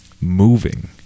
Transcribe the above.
moving